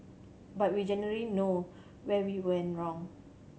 but we generally know where we went wrong